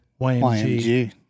YMG